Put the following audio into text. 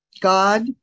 God